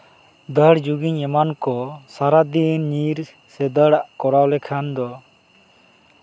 ᱫᱟᱹᱲ ᱡᱳᱜᱤᱝ ᱮᱢᱟᱱ ᱠᱚ ᱥᱟᱨᱟᱫᱤᱱ ᱧᱤᱨ ᱥᱮ ᱫᱟᱹᱲᱟᱜ ᱠᱚᱨᱟᱣ ᱞᱮᱡᱷᱟᱱ ᱫᱚ